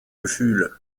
gefühle